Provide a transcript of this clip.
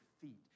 feet